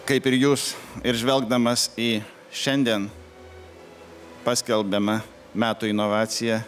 kaip ir jūs ir žvelgdamas į šiandien paskelbiamą metų inovaciją